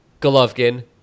Golovkin